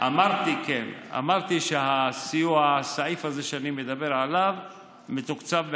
אמרתי שהסעיף הזה שאני מדבר עליו מתוקצב בחסר.